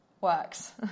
works